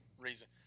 Reason